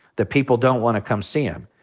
that people don't want to come see him,